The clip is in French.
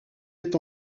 est